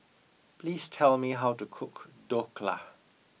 please tell me how to cook Dhokla